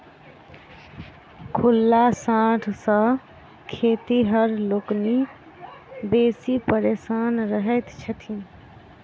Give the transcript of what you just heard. खुल्ला साँढ़ सॅ खेतिहर लोकनि बेसी परेशान रहैत छथि